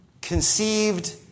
conceived